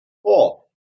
four